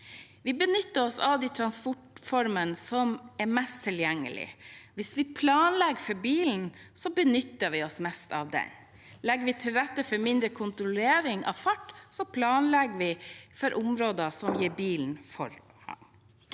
Vi benytter oss av de transportformene som er mest tilgjengelig. Hvis vi planlegger for bilen, benytter vi oss mest av den. Legger vi til rette for mindre kontrollering av fart, planlegger vi for områder som gir bilen forrang.